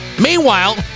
Meanwhile